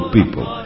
People